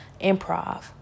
improv